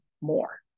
more